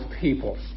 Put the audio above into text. people